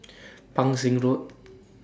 Pang Seng Road